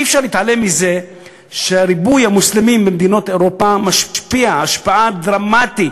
אי-אפשר להתעלם מזה שריבוי המוסלמים במדינות אירופה משפיע השפעה דרמטית